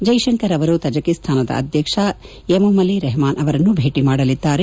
ಜೈಶಂಕರ್ ಅವರು ತಜಕಿಸ್ತಾನದ ಅಧ್ಯಕ್ಷ ಎಮೊಮಲಿ ರೆಪಮಾನ್ ಅವರನ್ನು ಭೇಟಿ ಮಾಡಲಿದ್ದಾರೆ